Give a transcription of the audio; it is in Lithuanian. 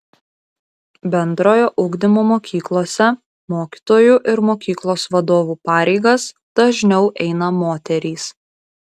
bendrojo ugdymo mokyklose mokytojų ir mokyklos vadovų pareigas dažniau eina moterys